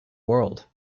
world